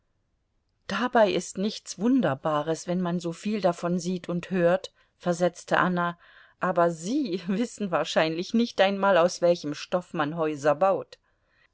dabei ist nichts wunderbares wenn man soviel davon sieht und hört versetzte anna aber sie wissen wahrscheinlich nicht einmal aus welchem stoff man häuser baut